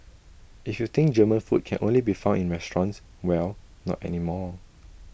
if you think German food can only be found in restaurants well not anymore